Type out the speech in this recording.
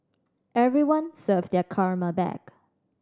everyone serve their karma back